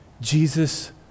Jesus